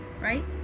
Right